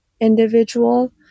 individual